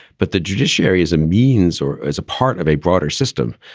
but the judiciary is a means or as a part of a broader system,